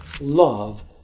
love